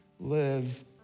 live